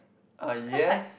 uh yes